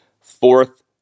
fourth